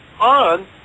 on